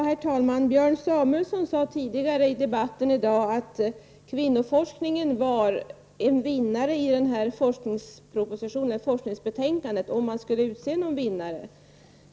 Herr talman! Björn Samuelson sade i debatten i dag att kvinnoforskningen var en vinnare i forskningsbetänkandet, om man skulle utse någon vinnare.